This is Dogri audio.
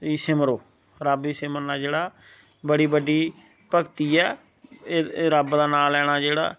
सिमरो रब्ब गी सिमरना जेह्ड़ा बड़ी बड्डी भक्ति ऐ एह् रब्ब दा नां लैना जेह्ड़ा